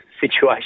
situation